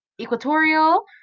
equatorial